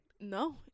no